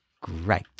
great